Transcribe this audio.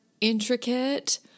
intricate